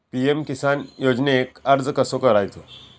PM Kisan योजनेक अर्ज कसो करायचो?